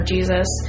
Jesus